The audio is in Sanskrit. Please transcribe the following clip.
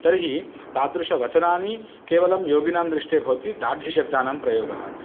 तर्हि तादृशवचनानि केवलं योगिनां दृष्टे भवति दार्ढ्यशब्दानां प्रयोगः